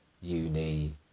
uni